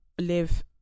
live